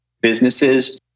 businesses